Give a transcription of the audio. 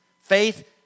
Faith